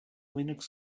linux